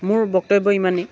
মোৰ বক্তব্য ইমানে